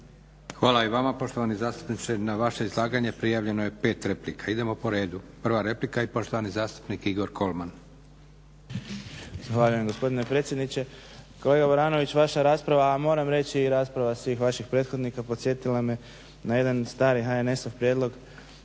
Hvala i vama poštovani zastupniče. Na vaše izlaganje prijavljeno je 5 replika. Idemo po redu, prva replika i poštovani zastupnik Igor KOlman. **Kolman, Igor (HNS)** Zahvaljujem gospodine predsjedniče, Kolega Baranoviću vaša rasprava a moram reći i rasprava svih vaših prethodnika podsjetila me na jedan stari HNS-ov prijedlog